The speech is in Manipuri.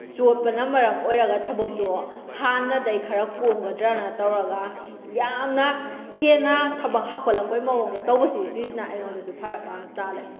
ꯆꯣꯠꯄꯅ ꯃꯔꯝ ꯑꯣꯏꯔꯒ ꯊꯕꯛꯇꯣ ꯍꯥꯟꯅꯗꯩ ꯈꯔ ꯀꯣꯝꯒꯗ꯭ꯔꯥꯅ ꯇꯧꯔꯒ ꯌꯥꯝꯅ ꯍꯦꯟꯅ ꯊꯕꯛ ꯍꯥꯞꯀꯠꯂꯛꯄꯩ ꯃꯑꯣꯡꯗ ꯇꯧꯕꯁꯤ ꯁꯤꯁꯤꯅ ꯑꯩꯉꯣꯟꯗꯁꯨ ꯐꯔꯛ ꯌꯥꯝ ꯇꯥꯔꯦ